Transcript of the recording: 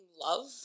love